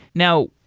now,